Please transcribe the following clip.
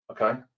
okay